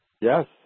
Yes